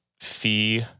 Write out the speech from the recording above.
fee